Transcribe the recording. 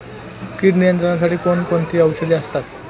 कीड नियंत्रणासाठी कोण कोणती औषधे असतात?